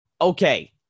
okay